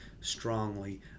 strongly